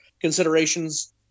considerations